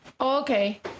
Okay